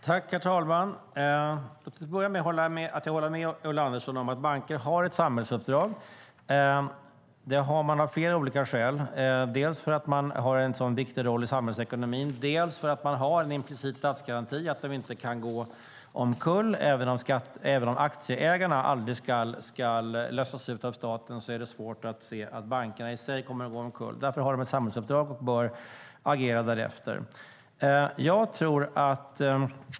Herr talman! Jag håller med Ulla Andersson om att banker har ett samhällsuppdrag. De har det dels för att de har en sådan viktig roll i samhällsekonomin, dels för att de har en implicit statsgaranti och inte kan gå omkull. Även om aktieägarna aldrig ska lösas ut av staten är det svårt att se att bankerna kommer att gå omkull. De har alltså ett samhällsuppdrag och bör agera därefter.